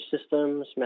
systems